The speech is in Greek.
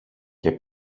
και